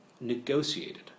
negotiated